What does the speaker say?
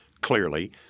clearly